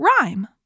rhyme